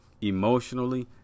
emotionally